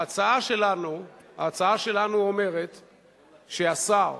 ההצעה שלנו אומרת שהשר,